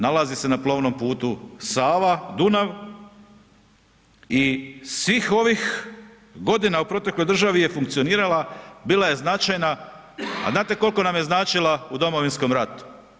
Nalazi se na plovnom putu Sava-Dunav i svih ovih godina u protekloj državi je funkcionirala, bila je značajna, a znate koliko nam je značila u Domovinskom ratu?